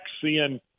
seeing